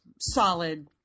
solid